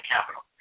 Capital